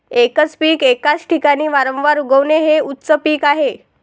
एकच पीक एकाच ठिकाणी वारंवार उगवणे हे उच्च पीक आहे